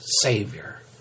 savior